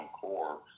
core